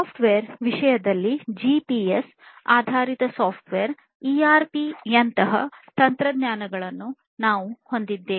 software ವಿಷಯದಲ್ಲಿ GPS ಆಧಾರಿತ software ERP ಯಂತಹ ತಂತ್ರಜ್ಞಾನಗಳನ್ನು ನಾವು ಹೊಂದಿದ್ದೇವೆ